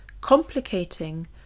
complicating